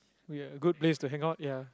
we get a good place to hang out ya